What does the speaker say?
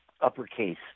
uppercase